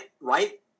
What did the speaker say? right